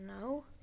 No